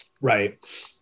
right